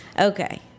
Okay